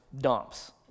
dumps